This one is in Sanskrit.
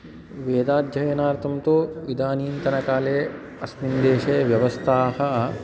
वेदाध्ययनार्थं तु इदानीन्तनकाले अस्मिन्देशे व्यवस्थाः